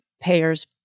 payers